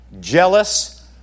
jealous